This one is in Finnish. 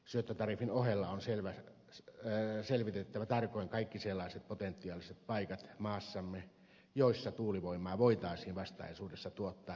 syöttötariffin ohella on selvitettävä maassamme tarkoin kaikki sellaiset potentiaaliset paikat joissa tuulivoimaa voitaisiin vastaisuudessa tuottaa yhä enemmän